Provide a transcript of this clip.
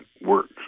works